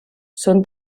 són